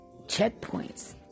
checkpoints